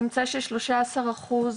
נמצא ששלושה עשר אחוז